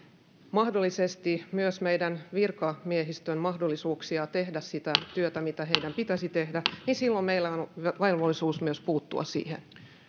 mahdollisesti myös meidän virkamiehistön mahdollisuuksia tehdä sitä työtä mitä heidän pitäisi tehdä niin silloin meillä on velvollisuus myös puuttua siihen